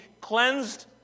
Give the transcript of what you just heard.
cleansed